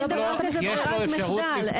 לא, אין דבר כזה ברירת מחדל.